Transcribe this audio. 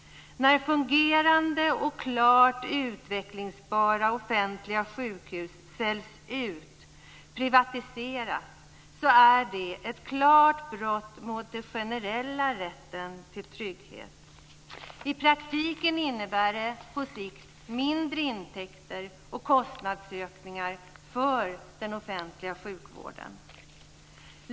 När fungerande och klart utvecklingsbara offentliga sjukhus säljs ut, privatiseras, är det ett klart brott mot den generella rätten till trygghet. I praktiken innebär det på sikt mindre intäkter och kostnadsökningar för den offentliga sjukvården.